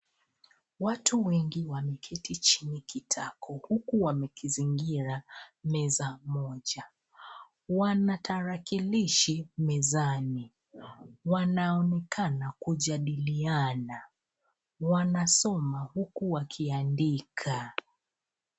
Watu wengi wameketi chini kitako huku wamekizingira meza moja. Wana tarakilishi mezani. Wanaonekana kujadiliana. Wanasoma huku wakiandika.